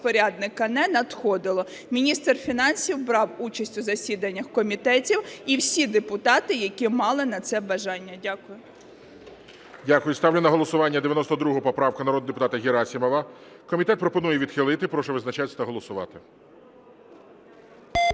не надходило. Міністр фінансів брав участь у засіданнях комітетів, і всі депутати, які мали на це бажання. Дякую.